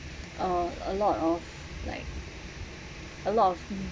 uh a lot of like a lot of